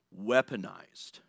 weaponized